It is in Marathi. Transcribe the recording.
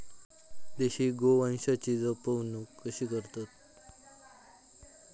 देशी गोवंशाची जपणूक कशी करतत?